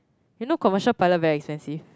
you know commercial pilot very expensive